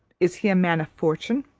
is he a man of fortune?